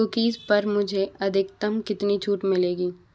cookies पर मुझे अधिकतम कितनी छूट मिलेगी